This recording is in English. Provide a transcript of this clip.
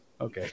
Okay